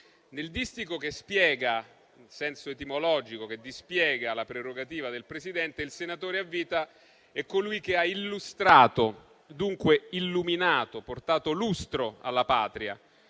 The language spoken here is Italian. Nel distico che spiega il senso etimologico, che dispiega la prerogativa del Presidente, il senatore a vita è colui che ha illustrato, dunque illuminato, portato lustro alla Patria.